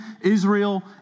Israel